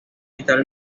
estar